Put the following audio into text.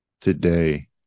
today